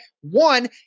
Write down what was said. one